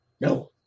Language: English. No